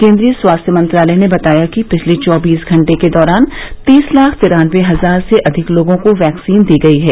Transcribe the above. केन्द्रीय स्वास्थ्य मंत्रालय ने बताया है कि पिछले चौबीस घंटे के दौरान तीस लाख तिरान्नबे हजार से अधिक लोगों को वैक्सीन दी गई है